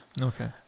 okay